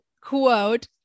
quote